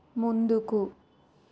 ముందుకు